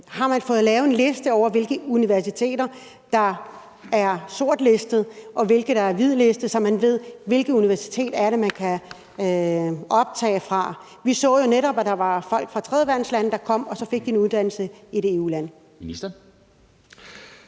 Har man fået lavet en liste over, hvilke universiteter der er sortlistet, og hvilke der er hvidlistet, så man ved, hvilket universitet det er, man kan optage fra? Vi så jo netop, at der var folk fra tredjeverdenslande, der kom, og så fik de en uddannelse i et EU-land.